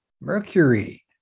Mercury